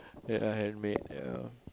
ya I handmade ya